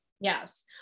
Yes